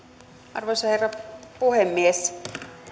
arvoisa herra puhemies